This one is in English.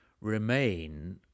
remain